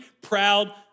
proud